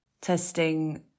Testing